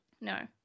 No